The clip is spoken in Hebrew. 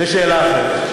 זו שאלה אחרת.